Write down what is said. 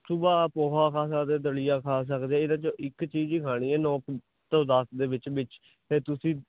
ਸੁਬਹਾ ਪੋਹਾ ਖਾ ਸਕਦੇ ਦਲੀਆ ਖਾ ਸਕਦੇ ਇਹਦੇ ਚੋਂ ਇੱਕ ਚੀਜ਼ ਹੀ ਖਾਣੀ ਹੈ ਨੌਂ ਤੋਂ ਦਸ ਦੇ ਵਿੱਚ ਵਿੱਚ ਅਤੇ ਤੁਸੀਂ